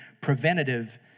preventative